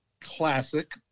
classic